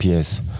PS